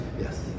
Yes